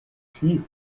schief